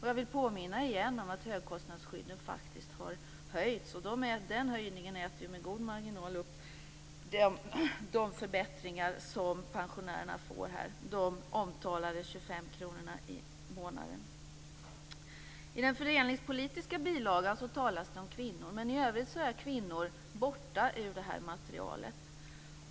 Jag vill därför åter påminna om att högkostnadsskyddet faktiskt har höjts, och den höjningen äter med god marginal upp de förbättringar som pensionärerna får, de omtalade 25 kronorna i månaden. I den fördelningspolitiska bilagan talas det om kvinnor. Men i övrigt är kvinnorna borta ur det här materialet.